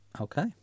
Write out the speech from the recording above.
Okay